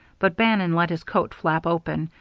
but bannon let his coat flap open,